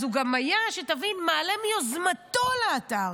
אז הוא גם היה, שתבין, מעלה מיוזמתו לאתר.